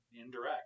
indirect